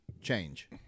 change